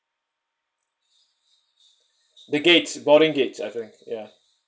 the gates boarding gates I think yeah